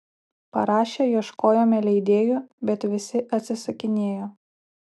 parašę ieškojome leidėjų bet visi atsisakinėjo